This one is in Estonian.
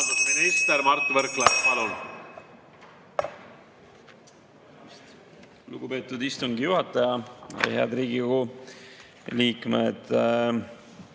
Lugupeetud istungi juhataja! Head Riigikogu liikmed!